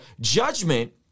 judgment